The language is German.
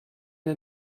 der